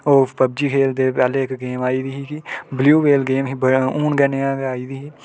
ओह् पबजी खेलदे पैह्ले इक गेम आई दी ही की बल्यू गेम आई हून गै आई दी ही